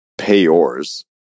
payors